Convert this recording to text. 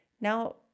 now